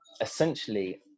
essentially